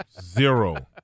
Zero